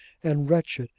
and wretched,